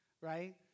right